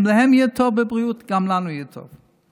אם להם יהיה טוב בבריאות, גם לנו יהיה טוב.